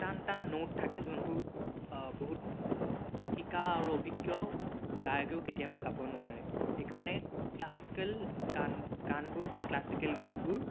টান টান নোট থাকে যোনবোৰ বহুত শিকা আৰু অভিজ্ঞ গায়কেও কেতিয়াবা গাব নোৱাৰে সেইকাৰণে ক্লাছিকেল গান গানবোৰ বা ক্লাছিকেল গীতবোৰ